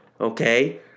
Okay